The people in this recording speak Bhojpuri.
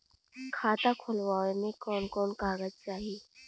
खाता खोलवावे में कवन कवन कागज चाही?